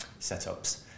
setups